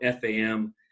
FAM